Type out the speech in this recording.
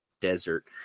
desert